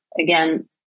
again